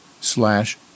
slash